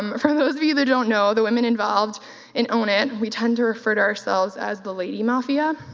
um for those of you that don't know, the women involved in own it, we tend to refer to ourselves as the lady mafia